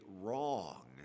wrong